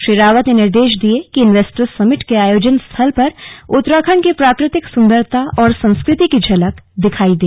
श्री रावत ने निर्देश दिये कि इन्वेस्टर्स समिट के आयोजन स्थल पर उत्तराखण्ड की प्राकृतिक सुंदरता और संस्कृति की झलकी दिखाई दे